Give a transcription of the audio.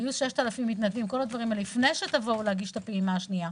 יהיו 6,000 מתנדבים לפני שתבואו להגיש את הפעימה השנייה,